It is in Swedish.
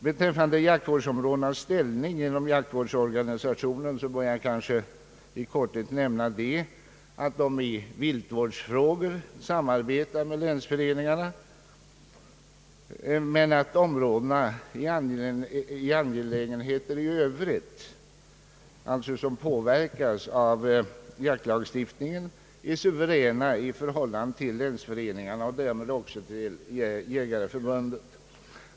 Beträffande jaktvårdsområdenas ställning inom jaktvårdsorganisationen bör jag kanske i korthet nämna, att de i viltvårdsfrågor samarbetar med länsföreningarna men att områdena i sådana Övriga angelägenheter, som påverkas av jaktvårdslagstiftningen, är suveräna i förhållande till länsföreningarna och därmed också till Jägareförbundet.